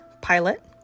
pilot